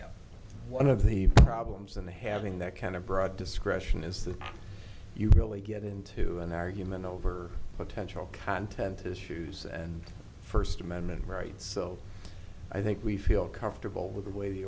issue one of the problems in the having that kind of broad discretion is that you really get into an argument over potential content issues and first amendment rights so i think we feel comfortable with the way the